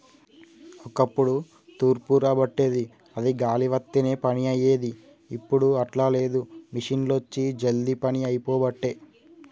ఒక్కప్పుడు తూర్పార బట్టేది అది గాలి వత్తనే పని అయ్యేది, ఇప్పుడు అట్లా లేదు మిషిండ్లొచ్చి జల్దీ పని అయిపోబట్టే